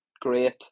Great